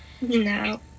No